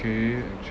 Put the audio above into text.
K actually